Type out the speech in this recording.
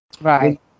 Right